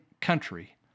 country